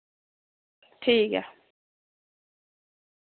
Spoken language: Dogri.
ठीक ऐ